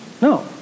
No